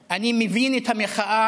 אני מבין את המחאה